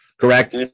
correct